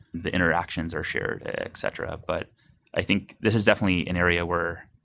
the interactions are shared, etc. but i think this is definitely an area where